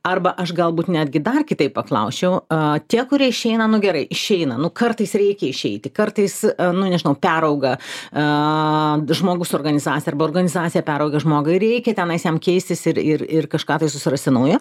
arba aš galbūt netgi dar kitaip paklausčiau tie kurie išeina nu gerai išeina nu kartais reikia išeiti kartais nu nežinau perauga žmogus organizaciją arba organizacija perauga žmogų reikia tenai jam keistis ir ir kažką tai susirasti nauja